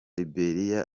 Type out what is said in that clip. liberia